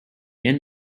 end